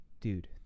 dude